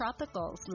Tropicals